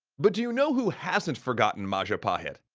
but do you know who hasn't forgotten majapahit?